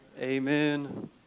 amen